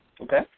okay